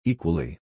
Equally